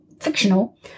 fictional